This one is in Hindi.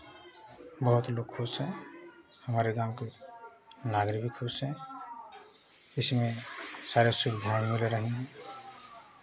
बहुत लोग खुश हैं हमारे गाँव के नागरिक भी खुश हैं इसमें सारी सुविधाएँ मिल रही हैं